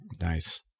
Nice